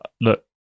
Look